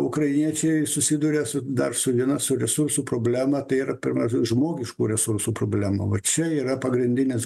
ukrainiečiai susiduria su dar su viena su visų su problema tai yra per mažai žmogiškų resursų problema vat čia yra pagrindinis